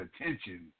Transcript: attention